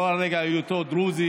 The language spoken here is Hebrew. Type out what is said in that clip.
לא על רקע היותו דרוזי,